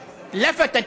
היא הסבה את